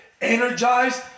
energized